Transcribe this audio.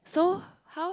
so how